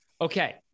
Okay